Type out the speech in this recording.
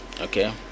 okay